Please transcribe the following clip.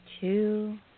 two